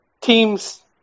teams